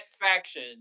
faction